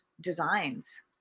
designs